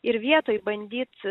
ir vietoj bandyt